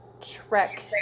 Trek